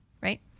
right